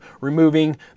removing